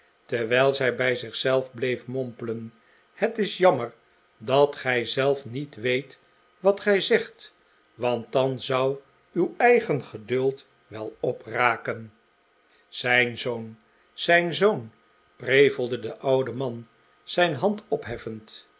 terwijl zij bij zich zelf bleef mompelen het is jammer dat gij zelf niet weet wat gij zegt want dan zou uw eigen geduld wel opraken zijn zoon zijn zoon prevelde de oude man zijn hand opheffend